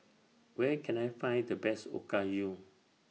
Where Can I Find The Best Okayu